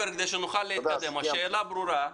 השאלה ברורה.